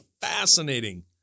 fascinating